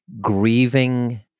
grieving